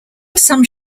some